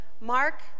Mark